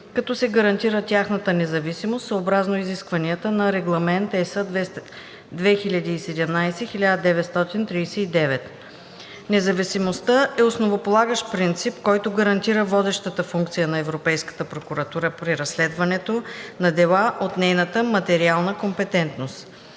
като се гарантира тяхната независимост съобразно изискванията на Регламент (ЕС) 2017/1939. Независимостта е основополагащ принцип, който гарантира водещата функция на Европейската прокуратура при разследването на дела от нейната материална компетентност.